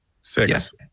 Six